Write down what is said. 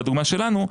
בדוגמה שלנו,